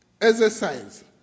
exercise